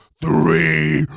three